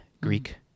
Greek